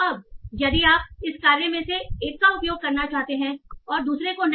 अब यदि आप इस कार्य में से एक का उपयोग करना चाहते हैं दूसरे को नहीं